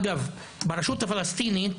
אגב, ברשות הפלסטינית,